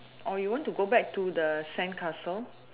or you want to go back to the sandcastle